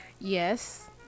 Yes